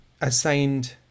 assigned